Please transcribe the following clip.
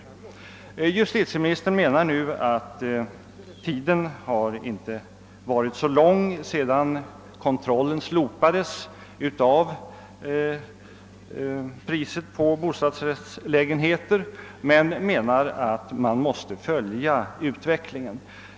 Nu menar justitieministern att det inte är så länge sedan kontrollen av priset på bostadsrättslägenheter slopades, men han lovar att följa utvecklingen.